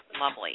lovely